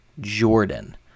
Jordan